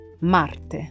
Marte